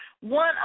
one